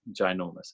ginormous